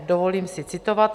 Dovolím si citovat: